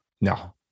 No